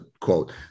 quote